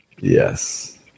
yes